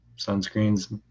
Sunscreen's